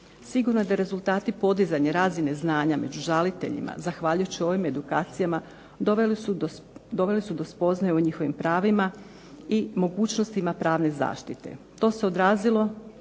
Sigurno da rezultati podizanje razine znanja među žaliteljima zahvaljujući ovim edukacijama, doveli su do spoznaje o njihovim pravima i mogućnostima pravne zaštite. To se odrazilo